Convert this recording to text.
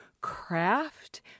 craft